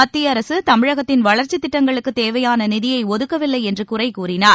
மத்திய அரசு தமிழகத்தின் வளர்ச்சி திட்டங்களுக்குத் தேவையான நிதியை ஒதுக்கவில்லை என்று குறை கூறினார்